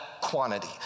quantity